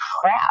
crap